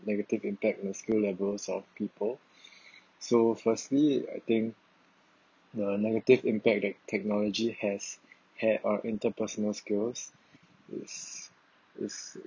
negative impact on the skill levels of people so firstly I think the negative impact that technology has had on interpersonal skills is is